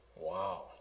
Wow